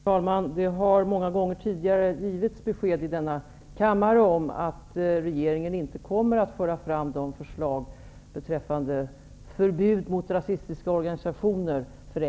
Herr talman! Det har många gånger tidigare givits besked i denna kammare om att regeringen inte kommer att föra fram förslag till, förenklat uttryckt, förbud mot rasistiska organisationer.